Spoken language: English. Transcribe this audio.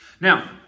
Now